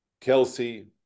Kelsey